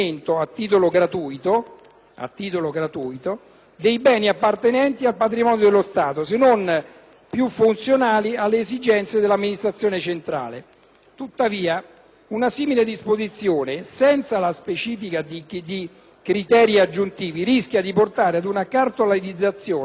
a titolo gratuito, dei beni appartenenti al patrimonio dello Stato non più funzionali alle esigenze dell'amministrazione centrale. Tuttavia, una simile disposizione, senza la specifica di criteri aggiuntivi, rischia di portare ad una cartolarizzazione fatta alla buona.